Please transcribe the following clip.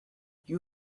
you